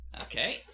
Okay